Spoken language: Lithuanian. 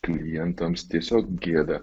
klientams tiesiog gėda